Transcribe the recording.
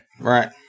Right